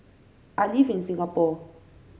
I live in Singapore